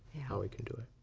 how he can do it.